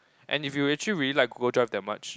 and if you actually really like Google Drive that much